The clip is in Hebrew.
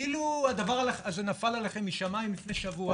כאילו זה נפל עליכם משמים לפני שבוע ולא ידעתם ולא הספקתם.